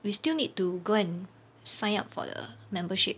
we still need to go and sign up for the membership